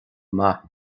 maith